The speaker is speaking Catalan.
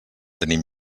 tenim